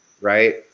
right